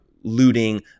looting